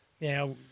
Now